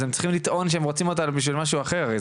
אז הם צריכים לטעון שהם רוצים אותה בשביל משהו אחר.